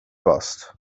bost